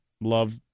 Love